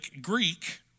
Greek